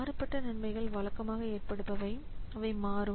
மாறுபட்ட நன்மைகள் வழக்கமாக ஏற்படுபவை அவை மாறும்